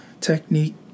technique